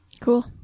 Cool